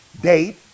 date